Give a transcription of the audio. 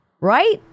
Right